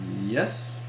Yes